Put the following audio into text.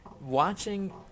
watching